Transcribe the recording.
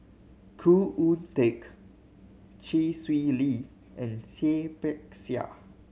Khoo Oon Teik Chee Swee Lee and Seah Peck Seah